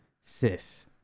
sis